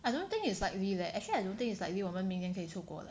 I don't think it's likely leh actually I don't think it's likely 我们明年可以出国了